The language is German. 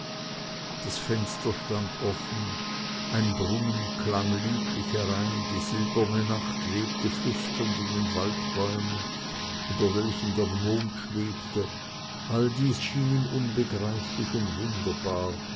das fenster stand offen ein brunnen klang lieblich herein die silberne nacht webte flüsternd in den waldbäumen über welchen der mond schwebte alles dies schien ihm unbegreiflich und wunderbar